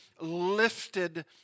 lifted